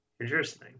interesting